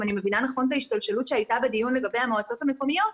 אם אני מבינה נכון את ההשתלשלות שהייתה בדיון לגבי המועצות המקומיות,